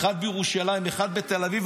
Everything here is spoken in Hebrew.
אחד בירושלים ואחד בתל אביב,